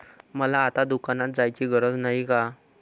मला आता दुकानात जायची गरज नाही का?